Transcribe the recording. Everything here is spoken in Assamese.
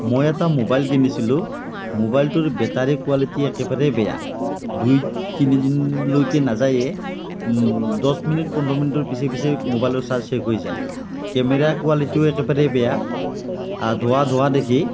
মই এটা ম'বাইল কিনিছিলোঁ ম'বাইলটোৰ বেটাৰী কোৱালিটি একেবাৰে বেয়া দুই তিনিদিনৰ লৈকে নাযায়ে দহ মিনিট পোন্ধৰ মিনিটৰ পিছে পিছে ম'বাইলৰ চাৰ্জ শেষ হৈ যায় কেমেৰা কোৱালিটিও একেবাৰে বেয়া ধোঁৱা ধোঁৱা দেখি